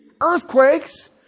earthquakes